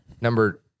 number